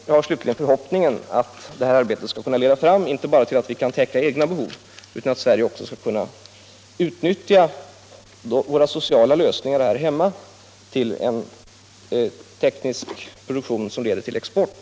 Jag har slutligen förhoppningen att det här arbetet skall kunna leda fram inte bara till att vi kan täcka egna behov utan också till att vi i Sverige kan utnyttja våra sociala lösningar här hemma till en teknisk produktion som leder till export.